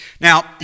Now